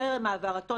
טרם העברתו,